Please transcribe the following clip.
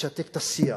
וישתק את השיח.